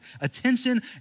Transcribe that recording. attention